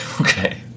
okay